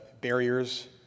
barriers